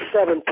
seven